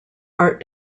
art